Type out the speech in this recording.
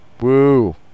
Woo